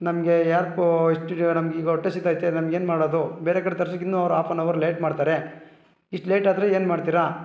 ನಮಗೆ ಯಾರು ಪೊ ಇಷ್ಟು ಜೊ ನಮ್ಗೆ ಈಗ ಹೊಟ್ಟೆ ಹಸಿತೈತೆ ನಾವು ಏನು ಮಾಡೋದು ಬೇರೆ ಕಡೆ ತರ್ಸಕ್ಕೆ ಇನ್ನೂ ಅವ್ರು ಆಫ್ ಅನ್ ಅವರ್ ಲೇಟ್ ಮಾಡ್ತಾರೆ ಇಷ್ಟು ಲೇಟಾದರೆ ಏನು ಮಾಡ್ತೀರಾ